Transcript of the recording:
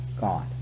god